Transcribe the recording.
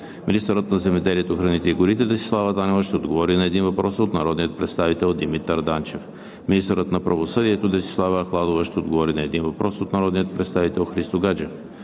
Министърът на земеделието, храните и горите Десислава Танева ще отговори на 1 въпрос от народния представител Димитър Данчев. 5. Министърът на правосъдието Десислава Ахладова ще отговори на 1 въпрос от народния представител Христо Гаджев.